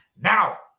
Now